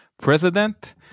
president